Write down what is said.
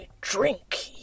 drink